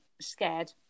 scared